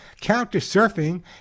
counter-surfing